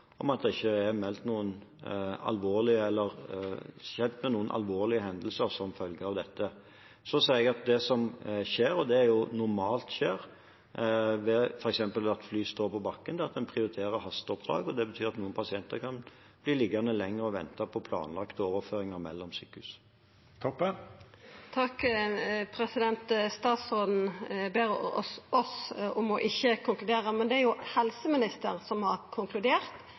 om at man ikke er kjent med noen alvorlige hendelser som følge av dette. Jeg sier at det som skjer – det som normalt skjer – når fly står på bakken, er at en prioriterer hasteoppdrag. Det betyr at noen pasienter kan bli liggende lenger og vente på planlagte overføringer mellom sykehus. Statsråden ber oss om ikkje å konkludera, men det er jo helseministeren som har konkludert,